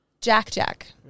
Jack-Jack